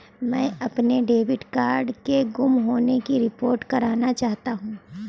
मैं अपने debit card के गुम होने की रिपोर्ट करना चाहता हूँ